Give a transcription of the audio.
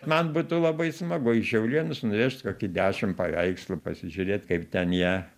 man būtų labai smagu į šiaulėnus nuvežt kokį dešimt paveikslų pasižiūrėt kaip ten jie